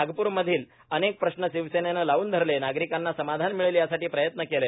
नागप्र मधील अनेक प्रश्न शिवसेनेनं लावून धरलेए नागरिकांना समाधान मिळेल यासाठी प्रयत्न केले